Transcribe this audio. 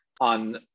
on